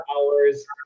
hours